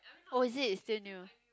oh is it it's still new